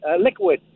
Liquid